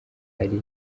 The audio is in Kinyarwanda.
hari